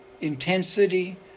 intensity